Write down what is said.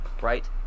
right